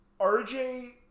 RJ